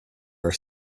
are